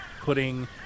putting